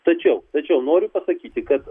tačiau tačiau noriu pasakyti kad